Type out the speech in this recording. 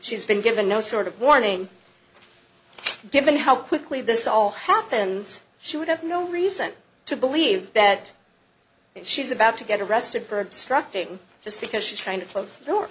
she's been given no sort of warning given how quickly this all happens she would have no reason to believe that she's about to get arrested for obstructing just because she's trying to close the door